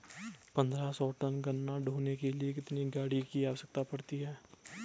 पन्द्रह सौ टन गन्ना ढोने के लिए कितनी गाड़ी की आवश्यकता पड़ती है?